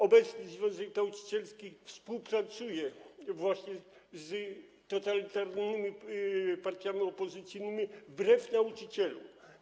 Obecny związek nauczycielski współpracuje właśnie z totalitarnymi partiami opozycyjnymi wbrew nauczycielom.